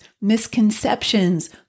misconceptions